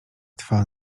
twa